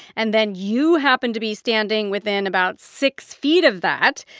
and then you happen to be standing within about six feet of that,